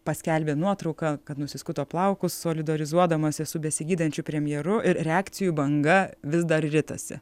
paskelbė nuotrauką kad nusiskuto plaukus solidarizuodamasis su besigydančiu premjeru ir reakcijų banga vis dar ritasi